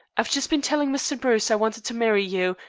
i've just been telling mr. bruce i wanted to marry you,